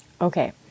Okay